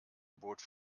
bot